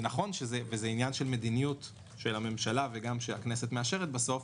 זה נכון וזה עניין של מדיניות הממשלה וגם שהכנסת מאשרת בסוף,